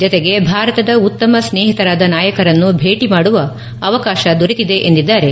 ಜತೆಗೆ ಭಾರತದ ಉತ್ತಮ ಸ್ಟೇಹಿತರಾದ ನಾಯಕರನ್ನು ಭೇಟಿ ಮಾಡುವ ಅವಕಾಶ ದೊರೆತಿದೆ ಎಂದಿದ್ದಾರೆ